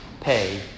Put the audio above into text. pay